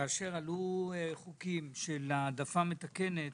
כאשר עלו חוקים של העדפה מתקנת